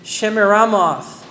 Shemiramoth